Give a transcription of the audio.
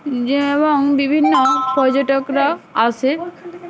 যে এবং বিভিন্ন পর্যটকরা আসে